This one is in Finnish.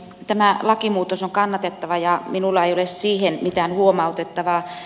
tämä lakimuutos on kannatettava ja minulla ei ole siihen mitään huomautettavaa